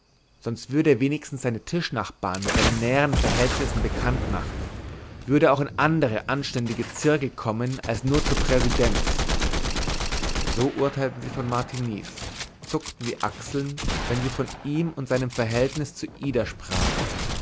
sonst würde er wenigstens seine tischnachbarn mit seinen näheren verhältnissen bekannt machen würde auch in andere anständige zirkel kommen als nur zu präsidents so urteilten sie von martiniz zuckten die achseln wenn sie von ihm und seinem verhältnis zu ida sprachen